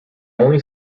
only